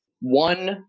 one